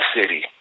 city